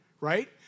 right